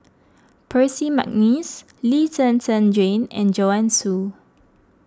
Percy McNeice Lee Zhen Zhen Jane and Joanne Soo